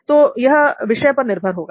तो यह विषय पर निर्भर होता है